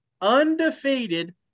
Undefeated